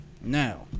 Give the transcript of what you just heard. Now